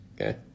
okay